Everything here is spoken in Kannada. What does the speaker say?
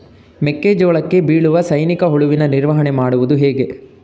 ಮೆಕ್ಕೆ ಜೋಳಕ್ಕೆ ಬೀಳುವ ಸೈನಿಕ ಹುಳುವಿನ ನಿರ್ವಹಣೆ ಮಾಡುವುದು ಹೇಗೆ?